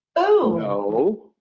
No